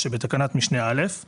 שבתקנת משנה (א);